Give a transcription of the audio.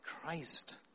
Christ